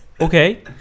Okay